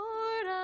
Lord